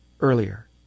earlier